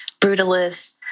Brutalist